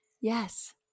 Yes